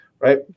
right